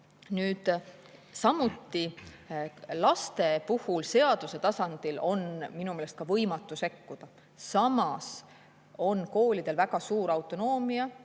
lärmi. Laste puhul seaduse tasandil on minu meelest võimatu sekkuda. Samas on koolidel väga suur autonoomia